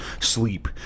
sleep